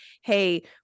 Hey